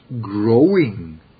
growing